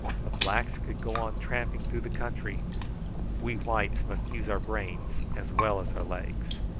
the blacks could go on tramping through the country we whites must use our brains as well as our legs.